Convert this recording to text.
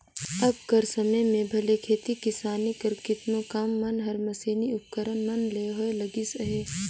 अब कर समे में भले खेती किसानी कर केतनो काम मन हर मसीनी उपकरन मन ले होए लगिस अहे